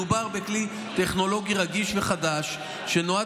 מדובר בכלי טכנולוגי רגיש וחדש שנועד